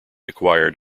acquired